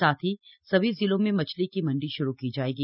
साथ ही सभी जिलों में मछली की मण्डी श्रू की जाएगी